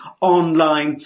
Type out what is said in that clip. online